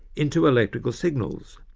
into electrical signals,